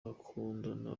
bakundana